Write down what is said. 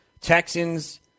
Texans